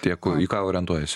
tiek į ką orientuojasi